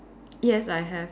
yes I have